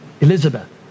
Elizabeth